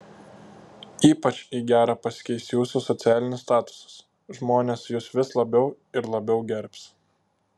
ypač į gerą pasikeis jūsų socialinis statusas žmonės jus vis labiau ir labiau gerbs